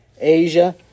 Asia